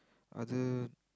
other